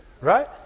Right